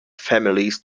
families